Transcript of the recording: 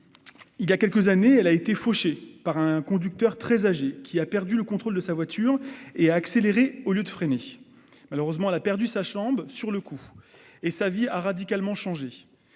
Voilà quelques années, elle a été fauchée par un conducteur très âgé qui a perdu le contrôle de sa voiture et a accéléré au lieu de freiner. Malheureusement, elle a perdu sa jambe sur le coup, et sa vie a radicalement changé.